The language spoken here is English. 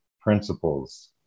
principles